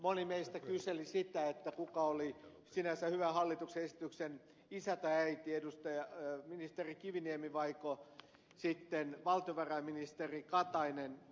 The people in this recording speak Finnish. moni meistä kyseli sitä kuka oli sinänsä hyvän hallituksen esityksen isä tai äiti ministeri kiviniemi vaiko sitten valtiovarainministeri katainen